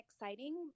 exciting